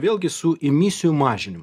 vėlgi su emisijų mažinimu